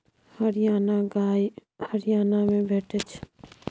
हरियाणा गाय हरियाणा मे भेटै छै